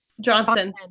Johnson